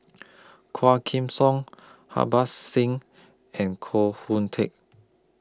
Quah Kim Song Harbans Singh and Koh Hoon Teck